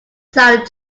sound